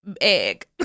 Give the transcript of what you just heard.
egg